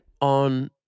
on